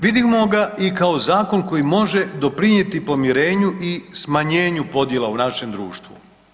Vidimo ga i kao zakon koji može doprinijeti pomirenju i smanjenju podjela u našem društvu.